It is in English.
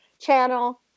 Channel